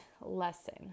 lesson